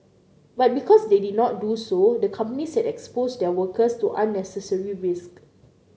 but because they did not do so the companies had exposed their workers to unnecessary risk